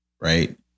right